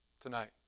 tonight